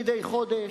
מדי חודש,